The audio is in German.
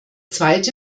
zweite